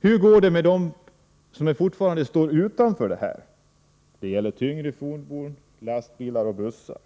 Hur går det med de fordon som fortfarande står utanför detta? Det gäller tyngre fordon — lastbilar och bussar.